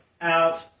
out